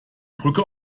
brücke